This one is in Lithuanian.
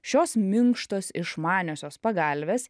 šios minkštos išmaniosios pagalvės